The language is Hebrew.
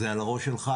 אז זה על הראש שלך,